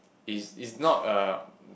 is is not a